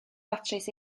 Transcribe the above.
datrys